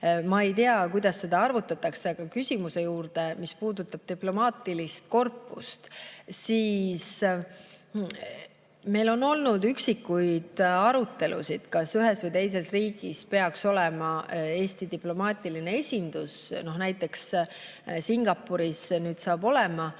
ei tea, kuidas seda arvutatakse. Aga tulen nüüd küsimuse juurde. Mis puudutab diplomaatilist korpust, siis meil on olnud üksikuid arutelusid, kas ühes või teises riigis peaks olema Eesti diplomaatiline esindus. Näiteks Singapuris nüüd saab olema.